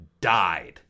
died